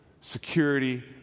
security